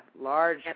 large